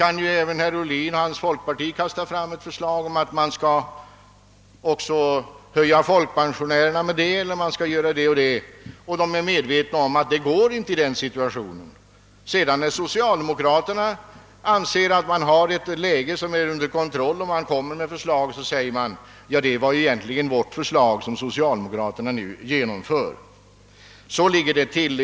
Även herr Ohlin och hans parti kan kasta fram ett förslag om höjning av folkpensionerna med det och det beloppet, fast man är medveten om att det inte går att genomföra i den rådande situationen. När socialdemokraterna sedan anser att läget är under kontroll och lägger fram förslaget, sägs det: »Det var egentligen vårt förslag som socialdemokraterna nu genomför.» Så ligger det till.